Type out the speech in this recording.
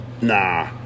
Nah